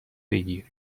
بگیر